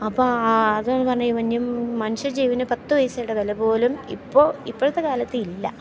അപ്പോൾ ആ അതെന്നു പറഞ്ഞാൽ ഈ വന്യം മനുഷ്യ ജീവന് പത്തു പൈസയുടെ വിലപോലും ഇപ്പോൾ ഇപ്പോഴത്തെ കാലത്ത് ഇല്ല